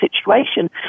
situation